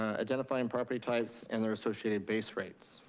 ah identifying property types and their associated base rates.